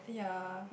ya